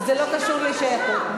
וזה לא קשור לשייכות.